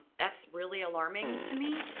that's really alarming to me.